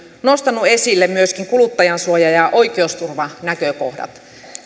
nostaneet esille myöskin kuluttajansuoja ja oikeusturvanäkökohdat